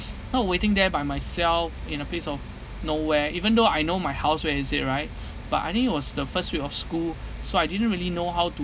know waiting there by myself in a place of nowhere even though I know my house where is it right but I think it was the first week of school so I didn't really know how to